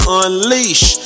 unleash